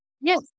Yes